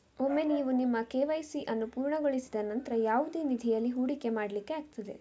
ಒಮ್ಮೆ ನೀವು ನಿಮ್ಮ ಕೆ.ವೈ.ಸಿ ಅನ್ನು ಪೂರ್ಣಗೊಳಿಸಿದ ನಂತ್ರ ಯಾವುದೇ ನಿಧಿಯಲ್ಲಿ ಹೂಡಿಕೆ ಮಾಡ್ಲಿಕ್ಕೆ ಆಗ್ತದೆ